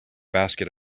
basket